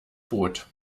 boot